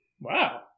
Wow